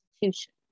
institution